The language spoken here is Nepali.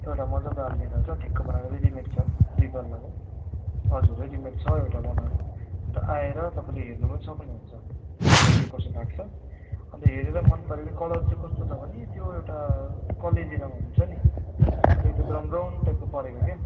एउटा मज्जाको आल्मिरा छ टिकको बनाएको रेडिमेट छ दुई पल्लाको हजुर रेडिमेट छ एउटा बनाएको अन्त आएर तपाईँले हेर्नु पनि सक्नुहुन्छ तपाईँलाई के कसो लाग्छ अन्त हेरेर मन पर्यो भने कलर चाहिँ कस्तोे छ भने त्यो एउटा कलेजी रङ हुन्छ नि अलिकति ब्राउन ब्राउन टाइपको परेको क्या